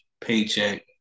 paycheck